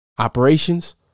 Operations